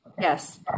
Yes